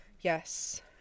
Yes